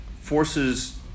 forces